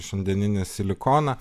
šiandieninį silikoną